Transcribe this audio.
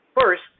First